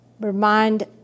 Remind